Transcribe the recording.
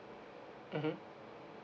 mmhmm